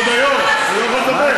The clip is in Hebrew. כבוד היושב-ראש, אני לא יכול לדבר.